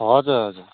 हजुर हजुर